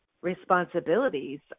responsibilities